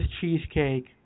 cheesecake